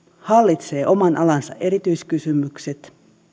hallitsee oman alansa erityiskysymykset